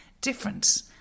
different